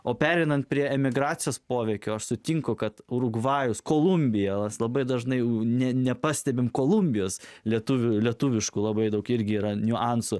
o pereinant prie emigracijos poveikio aš sutinku kad urugvajus kolumbija labai dažnai nepastebime kolumbijos lietuvių lietuviškų labai daug irgi yra niuansų